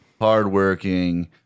hardworking